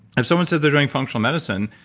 if someone says they're doing functional medicine,